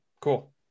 cool